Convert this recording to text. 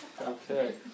Okay